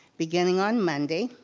beginning on monday,